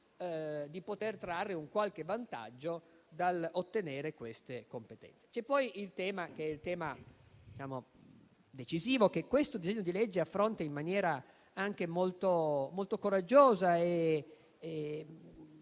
di poter trarre un qualche vantaggio dall'ottenere queste competenze. C'è poi il tema decisivo, che questo disegno di legge affronta in maniera molto coraggiosa,